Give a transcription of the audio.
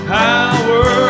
power